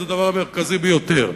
וזה הדבר המרכזי ביותר.